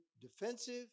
defensive